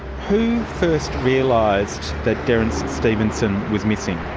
who first realised that derrance stevenson was missing?